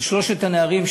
על שלושת הנערים,